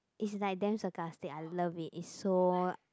is like damn sarcastic I love it is so